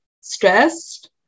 stressed